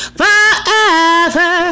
forever